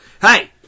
hey